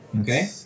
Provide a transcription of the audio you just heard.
Okay